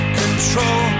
control